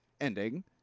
ending